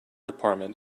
department